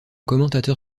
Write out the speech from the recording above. commentateur